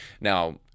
Now